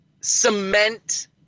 cement